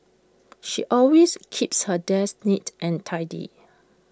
she always keeps her desk neat and tidy